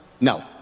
No